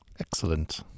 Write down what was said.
Excellent